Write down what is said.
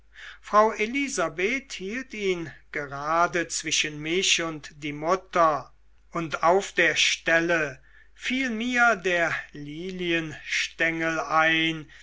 frau elisabeth hielt ihn gerade zwischen mich und die mutter und auf der stelle fiel mir der lilienstengel ein